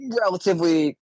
relatively